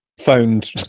phoned